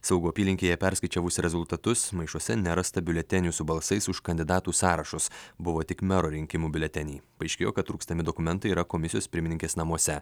saugų apylinkėje perskaičiavus rezultatus maišuose nerasta biuletenių su balsais už kandidatų sąrašus buvo tik mero rinkimų biuleteniai paaiškėjo kad trūkstami dokumentai yra komisijos pirmininkės namuose